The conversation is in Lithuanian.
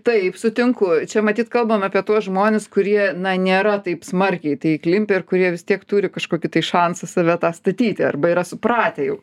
taip sutinku čia matyt kalbam apie tuos žmones kurie na nėra taip smarkiai įklimpę ir kurie vis tiek turi kažkokį šansą save tą statyti arba yra supratę jau